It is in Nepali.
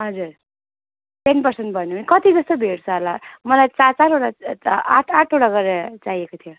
हजुर टेन पर्सेन्ट भन्नु भयो कति जस्तो भेट्छ होला मलाई चार चारवटा आठ आठ गरेर चाहिएको थियो